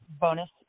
bonus